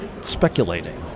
speculating